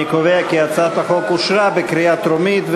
אני קובע כי הצעת החוק אושרה בקריאה טרומית,